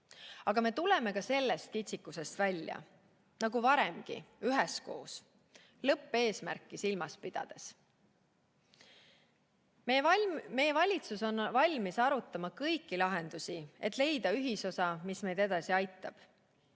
Aga me tuleme ka sellest kitsikusest välja, nagu varemgi, üheskoos, lõppeesmärki silmas pidades. Meie valitsus on valmis arutama kõiki lahendusi, et leida ühisosa, mis meid edasi aitab.